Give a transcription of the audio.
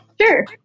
Sure